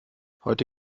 heute